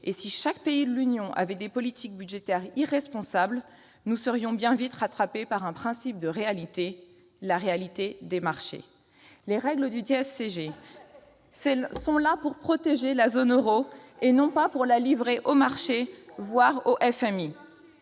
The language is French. et si chaque pays de l'Union avait des politiques budgétaires irresponsables, nous serions bien vite rattrapés par un principe de réalité : la réalité des marchés. C'est déjà le cas ! Les règles du TSCG sont là pour protéger la zone euro et non pas pour la livrer aux marchés, voire au FMI.